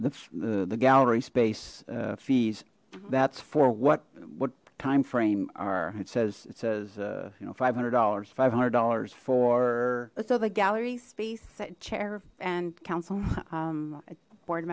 the the gallery space fees that's for what what time frame are it says it says you know five hundred dollars five hundred dollars for so the gallery space chair and council board